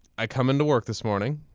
i come into work this morning,